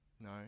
no